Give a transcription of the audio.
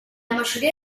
mayoría